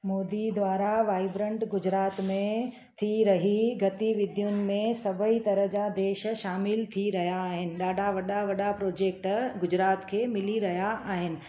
मोदी द्वारा वाइब्रंट गुजरात में थी रही गतिविधियुनि में सभई तरह जा देश शामिलु थी रहिया आहिनि ॾाढा वॾा वॾा प्रोजैक्ट गुजरात खे मिली रहिया आहिनि